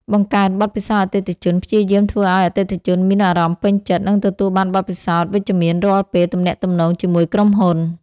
បង្កើនបទពិសោធន៍អតិថិជន ព្យាយាមធ្វើឱ្យអតិថិជនមានអារម្មណ៍ពេញចិត្ត និងទទួលបានបទពិសោធន៍វិជ្ជមានរាល់ពេលទំនាក់ទំនងជាមួយក្រុមហ៊ុន។